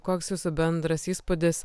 koks jūsų bendras įspūdis